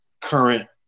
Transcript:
current